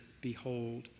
Behold